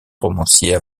romancier